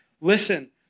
listen